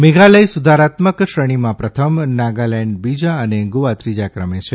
મેઘાલય સુધારાત્મક શ્રેણીમાં પ્રથમ નાગાલેન્ડ બીજા અને ગોવા ત્રીજા ક્રમે છે